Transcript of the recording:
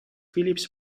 phillips